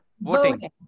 voting